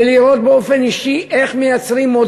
ולראות באופן אישי איך מייצרים שם